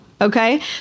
Okay